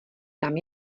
tam